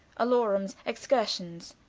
alarums. excursions.